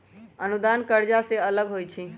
अनुदान कर्जा से अलग होइ छै